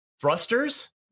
thrusters